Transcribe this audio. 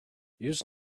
use